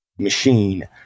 machine